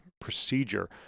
procedure